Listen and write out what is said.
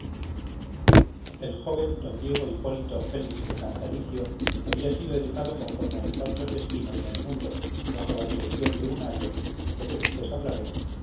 el joven d diego hipólito félix de cantalicio había sido educado conforme a sus altos destinos en el mundo bajo la direcciónde un ayo de que después hablaremos